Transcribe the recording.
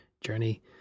journey